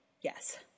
Yes